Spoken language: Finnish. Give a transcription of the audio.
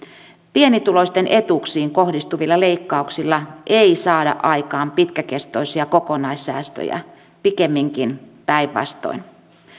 pienituloisten etuuksiin kohdistuvilla leikkauksilla ei saada aikaan pitkäkestoisia kokonaissäästöjä pikemminkin päinvastoin